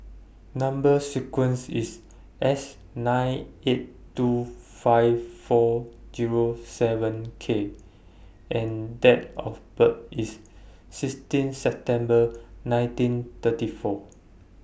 Number sequence IS S nine eight two five four Zero seven K and Date of birth IS sixteen September nineteen thirty four